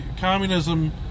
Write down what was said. communism